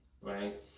Right